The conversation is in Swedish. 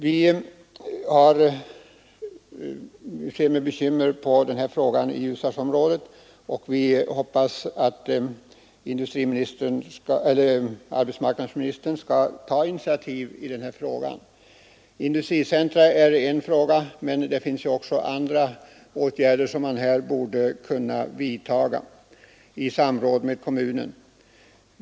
Vi ser i Ljusdalsområdet med bekymmer på utvecklingen, och vi hoppas att arbetsmarknadsministern skall ta initiativ i denna fråga. Industricentra är en utväg, men det finns också andra åtgärder som här borde kunna vidtas i samråd med kommunen.